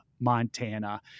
Montana